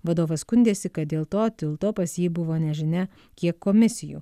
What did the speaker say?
vadovas skundėsi kad dėl to tilto pas jį buvo nežinia kiek komisijų